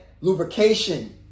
lubrication